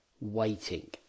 waiting